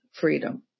freedom